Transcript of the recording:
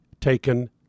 taken